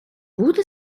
бути